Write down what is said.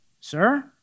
Sir